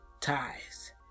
ties